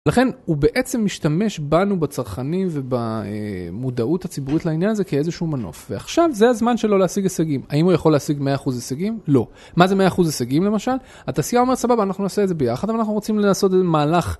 לכן הוא בעצם משתמש בנו, בצרכנים ובמודעות הציבורית לעניין הזה, כאיזשהו מנוף. ועכשיו זה הזמן שלו להשיג הישגים. האם הוא יכול להשיג 100% הישגים? לא. מה זה 100% הישגים למשל? התעשיה אומרת סבבה, אנחנו נעשה את זה ביחד, אבל אנחנו רוצים לעשות את זה במהלך...